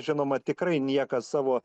žinoma tikrai niekas savo